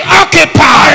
occupy